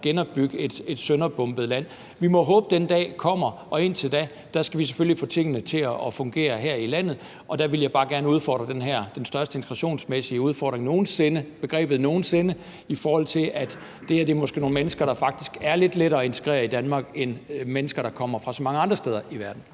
genopbygge et sønderbombet land. Vi må håbe, at den dag kommer, og indtil da skal vi selvfølgelig få tingene til at fungere her i landet, og der vil jeg bare gerne udfordre begrebet om den største integrationsmæssige udfordring nogen sinde, i forhold til at det her måske er nogle mennesker, der faktisk er lidt lettere at integrere i Danmark end mennesker, der kommer fra så mange andre steder i verden.